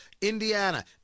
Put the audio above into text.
Indiana